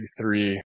three